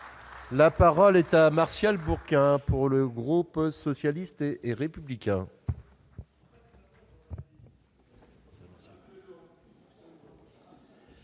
La parole est à M. Martial Bourquin, pour le groupe socialiste et républicain.